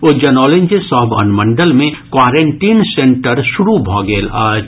ओ जनौलनि जे सभ अनुमंडल मे क्वारेंटीन सेन्टर शुरू भऽ गेल अछि